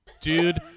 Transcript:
dude